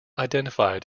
identified